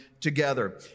together